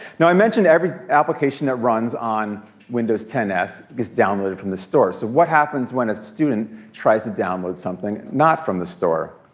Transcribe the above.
now i mentioned every application that runs on windows ten s gets downloaded from the store. so what happens when a student tries to download something, not from the store?